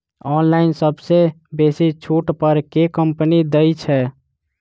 Online सबसँ बेसी छुट पर केँ कंपनी दइ छै?